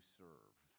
serve